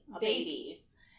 babies